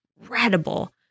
incredible